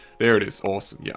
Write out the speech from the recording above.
there it is awesome, yeah,